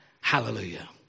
Hallelujah